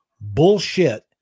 Bullshit